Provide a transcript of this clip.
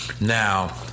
Now